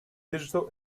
digital